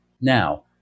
Now